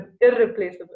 irreplaceable